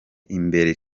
imbere